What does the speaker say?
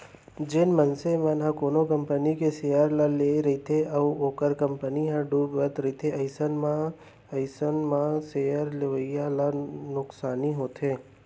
जेन मनसे मन ह कोनो कंपनी के सेयर ल लेए रहिथे अउ ओ कंपनी ह डुबत रहिथे अइसन म अइसन म सेयर लेवइया ल नुकसानी होथे